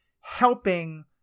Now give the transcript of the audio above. helping